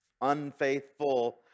unfaithful